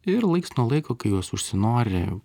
ir laiks nuo laiko kai jos užsinori